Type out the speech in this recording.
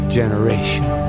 generation